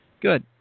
Good